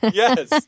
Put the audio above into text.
yes